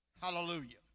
Hallelujah